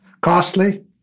Costly